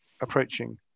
approaching